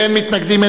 אין מתנגדים,